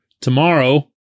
tomorrow